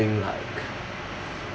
like